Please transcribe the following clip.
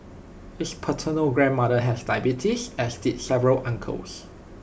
his paternal grandmother had diabetes as did several uncles